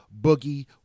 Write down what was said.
Boogie